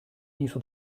艺术